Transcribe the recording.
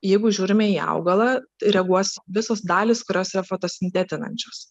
jeigu žiūrime į augalą reaguos visos dalys kurios yra fotosintetinančios